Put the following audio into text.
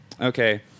okay